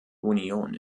union